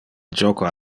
joca